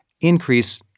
increase